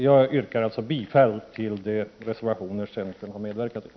Jag yrkar alltså bifall till de reservationer centern har medverkat till.